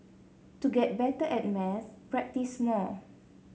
to get better at maths practise more